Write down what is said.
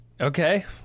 Okay